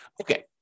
Okay